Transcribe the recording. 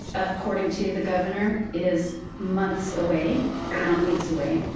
according to the governor, is months away, not weeks away.